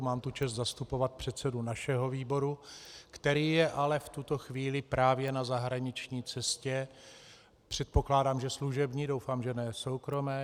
Mám tu čest zastupovat předsedu našeho výboru, který je ale v tuto chvíli právě na zahraniční cestě, předpokládám, že služební, doufám, že ne soukromé.